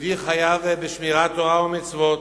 יהודי חייב בשמירת תורה ומצוות.